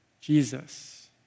Jesus